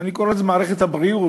אני קורא לזה "מערכת הבריאות",